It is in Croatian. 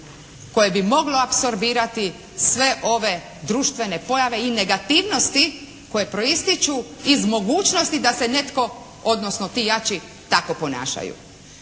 koje bi moglo apsorbirati sve ove društvene pojave i negativnosti koje proističu iz mogućnosti da se netko, odnosno ti jači tako ponašaju.